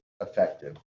effective